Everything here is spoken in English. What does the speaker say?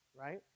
Right